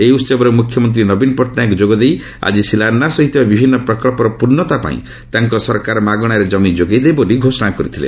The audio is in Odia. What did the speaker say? ଏହି ଉତ୍ସବରେ ମୁଖ୍ୟମନ୍ତ୍ରୀ ନବୀନ ପଟ୍ଟନାୟକ ଯୋଗଦେଇ ଆଜି ଶିଳାନ୍ୟାସ ହୋଇଥିବା ବିଭିନ୍ନ ପ୍ରକଳ୍ପର ପୂର୍ଣ୍ଣତା ପାଇଁ ତାଙ୍କ ସରକାର ମାଗଶାରେ ଜମି ଯୋଗାଇଦେବେ ବୋଲି ଘୋଷଣା କରିଥିଲେ